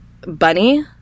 bunny